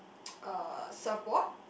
uh surfboard